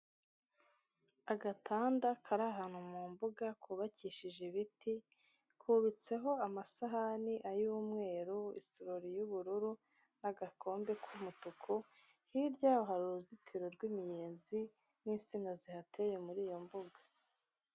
Agatanda kari ahantu mu mbuga, kubakishije ibiti, kubitseho amasahani ay'umweru, isorori y'ubururu n'agakombe k'umutuku, hirya yaho hari uruzitiro rw'imiyenzi n'insina zihateye muri iyo mbuga.